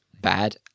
bad